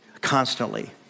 constantly